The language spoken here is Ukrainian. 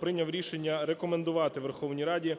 прийняв рішення рекомендувати Верховній Раді